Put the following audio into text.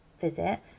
visit